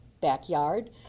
backyard